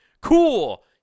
Cool